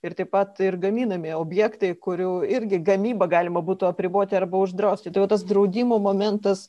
ir taip pat ir gaminami objektai kurių irgi gamybą galima būtų apriboti arba uždrausti tai vat tas draudimo momentas